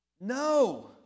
No